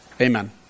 Amen